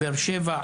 באר שבע,